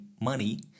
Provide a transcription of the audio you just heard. money